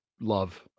love